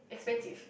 expensive